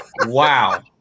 Wow